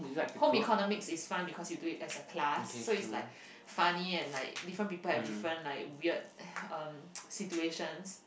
home economics is fun because you do it as a class so it's like funny and like different people have like different like weird um situations